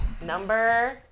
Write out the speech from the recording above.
number